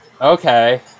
okay